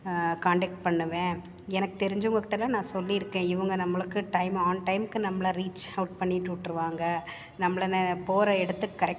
contact பண்ணுவேன் எனக்கு தெரிஞ்சவங்ககிட்டலாம் நான் சொல்லியிருக்கேன் இவங்க நம்மளுக்கு டைம் ஆன் டைம்க்கு நம்மளை ரீச் அவுட் பண்ணிட்டு விட்ருவாங்க நம்மளை ந போகிற இடத்துக்கு